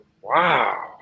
Wow